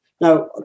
Now